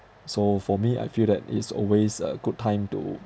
so for me I feel that is always a good time to